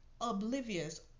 oblivious